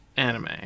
anime